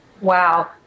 Wow